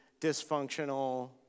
dysfunctional